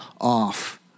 off